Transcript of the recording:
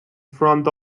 front